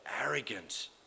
arrogant